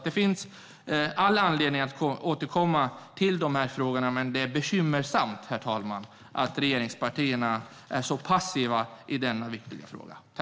Det finns all anledning att återkomma till dessa frågor, men det är bekymmersamt, herr talman, att regeringspartierna är så passiva i denna viktiga fråga.